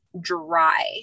dry